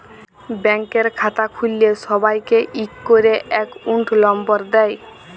ব্যাংকের খাতা খুল্ল্যে সবাইকে ইক ক্যরে একউন্ট লম্বর দেয়